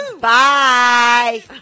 Bye